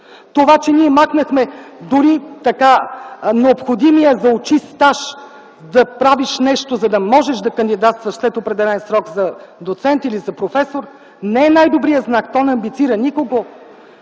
Това, че ние махнахме дори необходимия „за очи” стаж – да правиш нещо, за да можеш да кандидатстваш след определен срок за доцент или професор, не е най-добрият знак. То не амбицира никого.